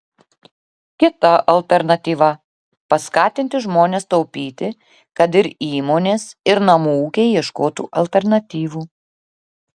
kita alternatyva paskatinti žmones taupyti kad ir įmonės ir namų ūkiai ieškotų alternatyvų